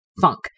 funk